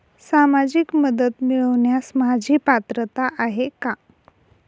सामाजिक मदत मिळवण्यास माझी पात्रता आहे का?